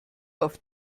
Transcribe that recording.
auf